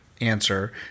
answer